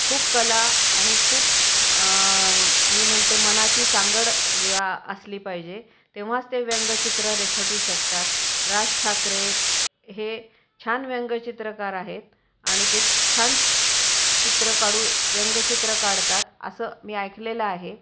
खूप कला आणि खूप मी म्हणते मनाची सांगड असली पाहिजे तेव्हाच ते व्यंगचित्र रेखाटू शकतात राज ठाकरे आहेत हे छान व्यंगचित्रकार आहेत आणि ते छान चित्र काढू व्यंगचित्र काढतात असं मी ऐकलेलं आहे